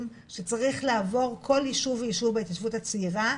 שצריך לעבור כל יישוב ויישוב בהתיישבות הצעירה,